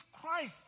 Christ